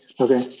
Okay